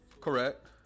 Correct